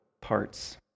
parts